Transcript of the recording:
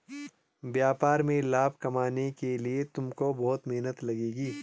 व्यापार में लाभ कमाने के लिए तुमको बहुत मेहनत लगेगी